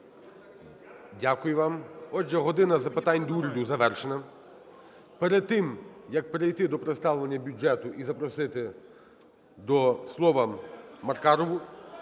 Дякую вам. Отже, "година запитань до Уряду" завершена. Перед тим як перейти до представлення бюджету і запросити до слова Маркарову,